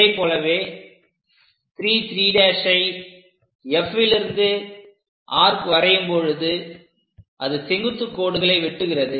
இதைப் போலவே 3 3' ஐ Fலிருந்து ஆர்க் வரையும் பொழுது அது செங்குத்து கோடுகளை வெட்டுகிறது